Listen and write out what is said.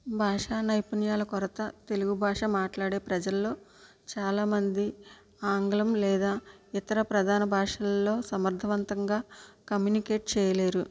భాషా నైపుణ్యాల కొరత తెలుగు భాష మాట్లాడే ప్రజలలో చాలా మంది ఆంగ్లం లేదా ఇతర ప్రధాన భాషలలో సమర్థవంతంగా కమ్యూనికేట్ చేయలేరు